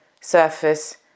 surface